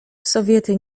sowiety